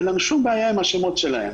אין לנו שום בעיה עם השמות שלהן.